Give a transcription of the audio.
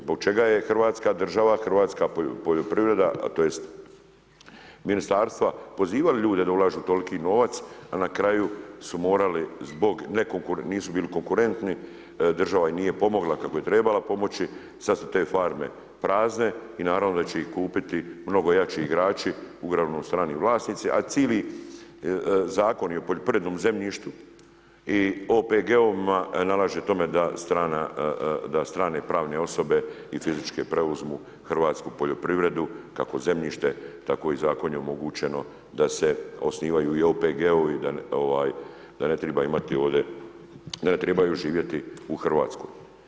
Zbog čega je Hrvatska država, hrvatska poljoprivreda, tj. ministarstva pozivali ljude da ulažu toliki novac a na kraju su morali zbog toga što nisu bili konkurentni, država im nije pomogla kako je trebala pomoći, sada su te farme prazne i naravno da će ih kupiti mnogo jači igrači, uglavnom strani vlasnici a cijeli zakoni o poljoprivrednom zemljištu i OPG-ovima nalaže tome da strane pravne osobe i fizičke preuzmu hrvatsku poljoprivredu kako zemljište tako i zakonom je omogućeno da se osnivaju i OPG-ovi da ne treba imati ovdje, da ne trebaju živjeti u Hrvatskoj.